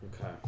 Okay